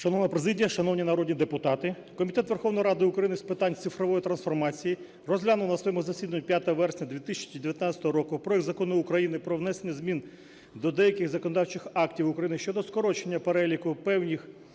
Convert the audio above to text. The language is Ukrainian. Шановні президія, шановні народні депутати! Комітет Верховної Ради України з питань цифрової трансформації розглянув на своєму засіданні 5 вересня 2019 року проект Закону України про внесення змін до деяких законодавчих актів України щодо скорочення переліку видів